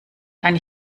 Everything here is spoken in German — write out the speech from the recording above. kann